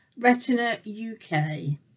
RetinaUK